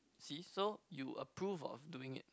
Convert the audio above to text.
see so you approve of doing it